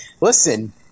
listen